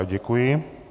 Děkuji.